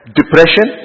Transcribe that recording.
depression